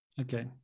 Okay